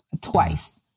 twice